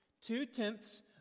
Two-tenths